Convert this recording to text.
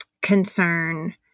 concern